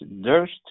durst